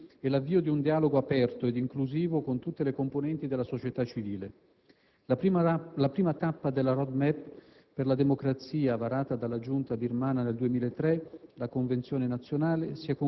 il rilascio degli attivisti e l'avvio di un dialogo aperto ed inclusivo con tutte le componenti della società civile. La prima tappa della *road map* per la democrazia, varata dalla Giunta birmana nel 2003,